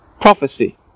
prophecy